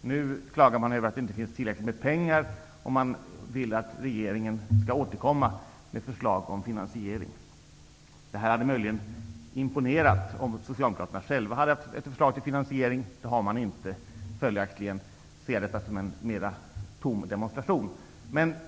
nu klagas det över att det inte finns tillräckligt med pengar och vill att regeringen skall återkomma med förslag om finansiering. Det förhållandet hade möjligen imponerat om Socialdemokraterna själva hade haft ett förslag till finansiering. Men det har man inte, följaktligen ser jag detta mer som en tom demonstration.